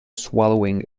swallowing